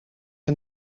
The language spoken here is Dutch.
een